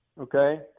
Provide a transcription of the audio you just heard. Okay